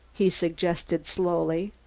he suggested slowly,